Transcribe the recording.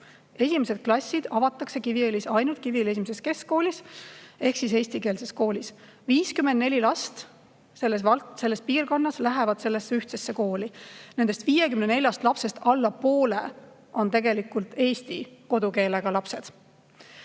Esimesed klassid avatakse Kiviõlis ainult Kiviõli I Keskkoolis ehk siis eestikeelses koolis, 54 last selles piirkonnas lähevad sellesse ühtsesse kooli. Nendest 54 lapsest alla poole on tegelikult eesti kodukeelega lapsed.